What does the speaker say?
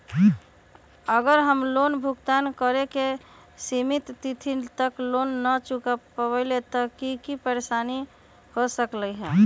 अगर हम लोन भुगतान करे के सिमित तिथि तक लोन न चुका पईली त की की परेशानी हो सकलई ह?